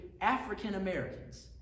African-Americans